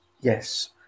yes